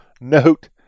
note